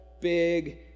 big